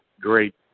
great